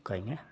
गायनाया